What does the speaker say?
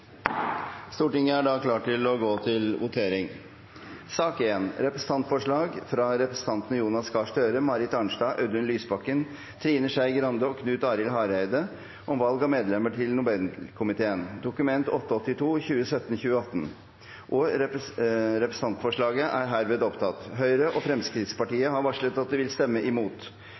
Stortinget klar til å gå til votering. Det voteres over representantforslaget fra representantene Jonas Gahr Støre, Marit Arnstad, Audun Lysbakken, Trine Skei Grande og Knut Arild Hareide om valg av medlemmer til Nobelkomiteen, Dokument 8:82 S for 2017–2018. Forslaget lyder: «1. Stortingsrepresentanter eller vararepresentanter kan ikke velges til medlemmer av Nobelkomiteen. 2. Stortinget ber presidentskapet utrede om det er